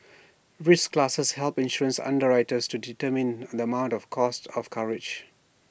risk classes help insurance underwriters to determine the amount and cost of coverage